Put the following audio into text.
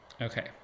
Okay